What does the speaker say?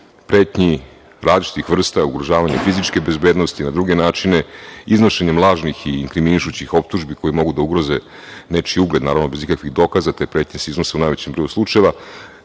pretnji različitih vrsta, ugrožavanja fizičke bezbednosti na druge načine, iznošenjem lažnih i inkrimišućih optužbi koje mogu da ugroze nečiji ugled, naravno bez ikakvih dokaza te pretnje se iznose u najvećem broju slučajeva. Drugim